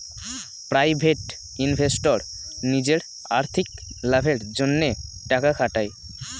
private investor নিজের আর্থিক লাভের জন্যে টাকা খাটায়